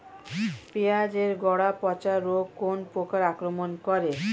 পিঁয়াজ এর গড়া পচা রোগ কোন পোকার আক্রমনে হয়?